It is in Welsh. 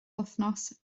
wythnos